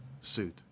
suit